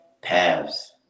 paths